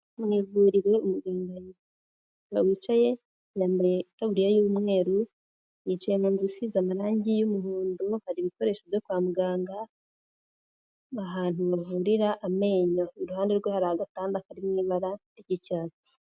muvuririro umurinyi wicaye yambaye itaburiya y'mweru yicaye mu nzu usize amarangi y'umuhondo amufata ibikoresho byo kwa muganga ahantu bavurira amenyo iruhande rwe hari agatanda karirimo ibara ry'icyatsi